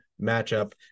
matchup